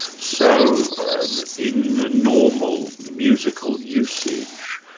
so in normal musical usage,